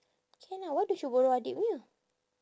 can ah why don't you borrow adiknya